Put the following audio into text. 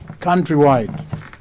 countrywide